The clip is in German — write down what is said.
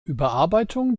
überarbeitung